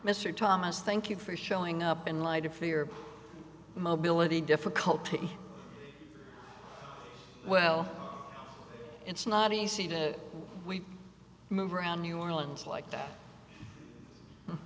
mr thomas thank you for showing up in light of fear mobility difficulty well it's not easy to move around new orleans like that